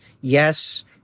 Yes